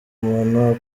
umuntu